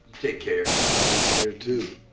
take care. you take care too.